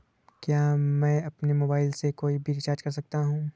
क्या मैं अपने मोबाइल से कोई भी रिचार्ज कर सकता हूँ?